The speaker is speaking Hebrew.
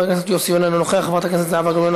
חבר הכנסת ישראל אייכלר,